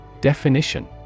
Definition